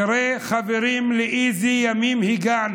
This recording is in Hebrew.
תראו, חברים, לאיזה ימים הגענו.